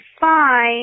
fine